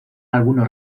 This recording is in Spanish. algunos